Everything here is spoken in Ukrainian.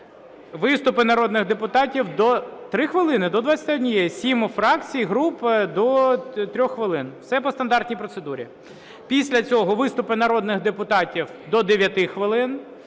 виступи народних депутатів – до… (Шум у залі) 3 хвилини – до 21-ї. Сім фракцій, груп – до 3 хвилин. Все по стандартній процедурі. Після цього виступи народних депутатів – до 9 хвилин,